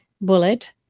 Bullet